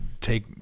take